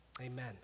Amen